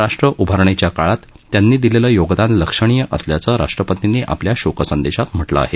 राष्ट्र उभारणीच्या काळात त्यांनी दिलेलं योगदान लक्षणीय असल्याचं राष्ट्रपर्तीनी आपल्या शोकसंदेशात म्हटलं आहे